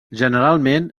generalment